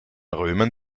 römern